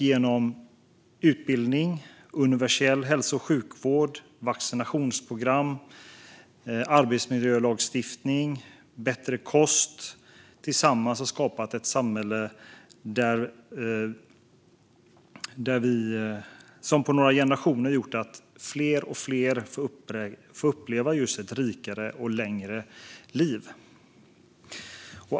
Genom utbildning, universell hälso och sjukvård, vaccinationsprogram, arbetsmiljölagstiftning och bättre kost har vi tillsammans på några generationer skapat ett samhälle där fler och fler får uppleva ett rikare och längre liv.